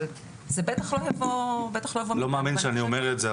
אבל זה בטח לא יבוא --- לא מאמין שאני אומר את זה,